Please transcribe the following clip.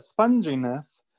sponginess